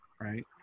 right